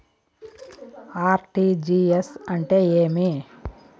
RTGS అంటే ఏమి?